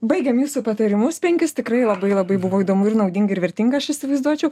baigėm jūsų patarimus penkis tikrai labai labai buvo įdomu ir naudinga ir vertinga aš įsivaizduočiau